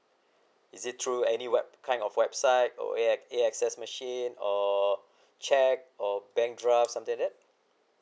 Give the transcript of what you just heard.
is it through any web~ kind of website or A_X~ A_X_S machine or cheque or bank draft something like that